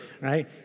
right